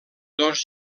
dos